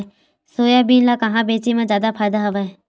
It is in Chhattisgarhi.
सोयाबीन ल कहां बेचे म जादा फ़ायदा हवय?